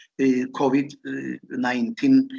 COVID-19